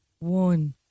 one